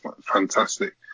fantastic